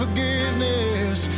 Forgiveness